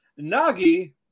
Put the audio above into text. Nagi